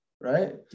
right